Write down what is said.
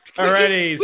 Alrighty